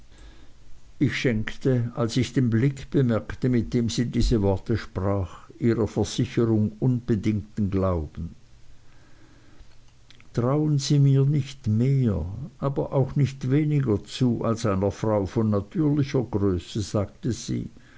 ich schenkte als ich den blick bemerkte mit dem sie diese worte sprach ihrer versicherung unbedingten glauben trauen sie mir nicht mehr aber auch nicht weniger zu als einer frau von natürlicher größe sagte sie